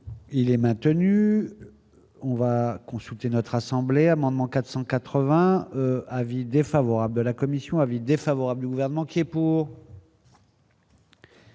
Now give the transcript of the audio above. Il est maintenu, on va consulter notre assemblée amendement 480 avis défavorable de la commission avis défavorable du gouvernement qui est pour.